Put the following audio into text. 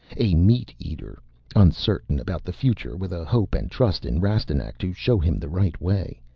a meat-eater, uncertain about the future, with a hope and trust in rastignac to show him the right way.